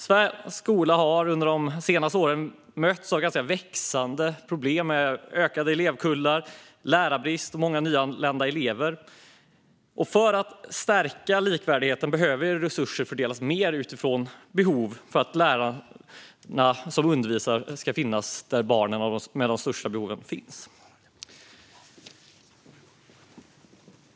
Svensk skola har de senaste åren mötts av växande problem med ökade elevkullar, lärarbrist och många nyanlända elever. För att stärka likvärdigheten behöver resurserna fördelas mer utifrån behov för att lärarna som undervisar ska finnas där barnen med de största behoven finns.